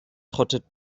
trottet